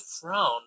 frown